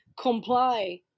comply